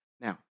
Now